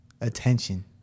Attention